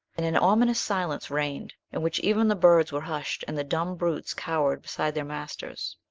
and an ominous silence reigned, in which even the birds were hushed and the dumb brutes cowered beside their masters.